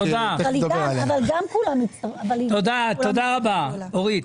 תודה, תודה רבה אורית.